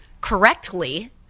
correctly